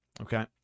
Okay